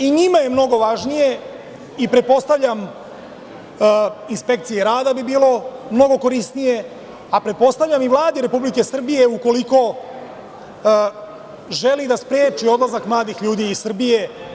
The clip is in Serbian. I njima je mnogo važnije i, pretpostavljam, inspekciji rada bi bilo mnogo korisnije, a pretpostavljam i Vladi Republike Srbije, ukoliko želi da spreči odlazak mladih ljudi iz Srbije.